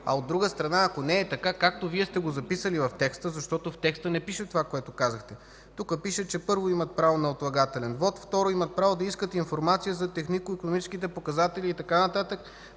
От друга страна, не е така, както сте го записали в текста. В него не пише това, което казахте. Тук пише, че, първо, имат право на отлагателен вот; второ, имат право да искат информация за технико-икономическите показатели и така нататък;